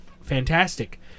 fantastic